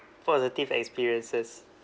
positive experiences